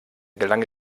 gelang